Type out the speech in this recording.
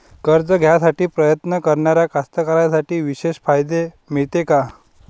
कर्ज घ्यासाठी प्रयत्न करणाऱ्या कास्तकाराइसाठी विशेष फायदे मिळते का?